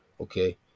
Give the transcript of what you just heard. Okay